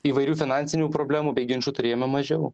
įvairių finansinių problemų bei ginčų turėjome mažiau